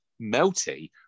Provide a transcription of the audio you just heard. melty